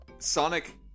Sonic